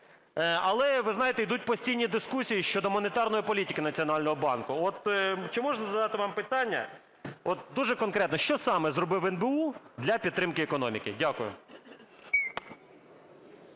Але, ви знаєте, йдуть постійні дискусії щодо монетарної політики Національного банку. Чи можна вам задати питання, дуже конкретно, що саме зробив НБУ для підтримки економіки? Дякую.